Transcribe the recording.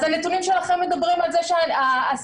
אז הנתונים שלכם מדברים על זה שהאסירים